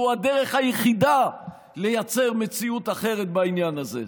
והוא הדרך היחידה לייצר מציאות אחרת בעניין הזה.